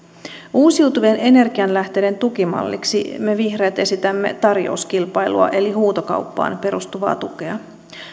uusiutuvien energianlähteiden tukimalliksi me vihreät esitämme tarjouskilpailua eli huutokauppaan perustuvaa tukea